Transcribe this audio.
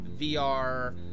VR